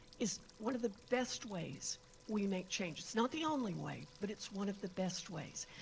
it's one of the best ways we make changes. not the only way but it's one of the best ways.